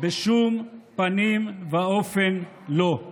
בשום פנים ואופן לא.